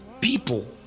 people